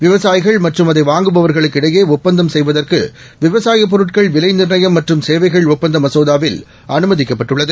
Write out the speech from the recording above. விவசாயிகள்மற்றும்அதைவாங்குபவர்களுக்குஇடையேஒப்ப ந்தம்செய்வதற்கு விவசாயப்பொருட்கள்விலைநிர்ணயம்மற்றும்சேவைகள்ஒப் பந்தமசோதாவில்அனுமதிக்கப்பட்டுள்ளது